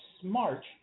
smart